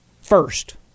First